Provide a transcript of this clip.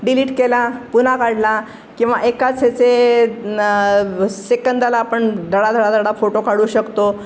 delete केला पुन्हा काढला किंवा एका ह्याचे न सेकंदाला आपण धडा धडाधडा फोटो काढू शकतो